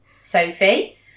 Sophie